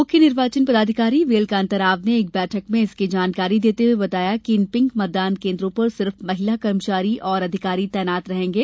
मुख्य निर्वाचन पदाधिकारी व्ही एल कांताराव ने एक बैठक में इसकी जानकारी देते हुए बताया कि इन पिंक मतदान केन्द्रों पर सिर्फ महिला कर्मचारी और अधिकारी तैनात रहेंगे